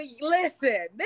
Listen